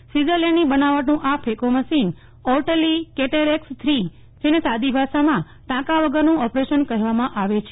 સ્વીતઝર્લેન્ડની બનાવટનું આ phaco machine Oertli CataRhex three છે જેને સાદી ભાષામાં ટાંકા વગરનું ઓપરેશન કરવામાં આવે છે